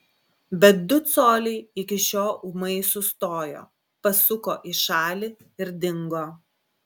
bet du coliai iki šio ūmai sustojo pasuko į šalį ir dingo